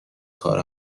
کار